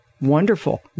wonderful